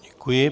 Děkuji.